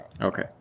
Okay